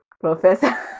professor